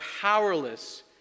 powerless